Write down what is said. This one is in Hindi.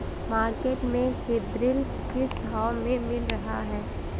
मार्केट में सीद्रिल किस भाव में मिल रहा है?